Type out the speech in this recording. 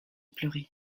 pleurer